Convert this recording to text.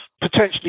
potentially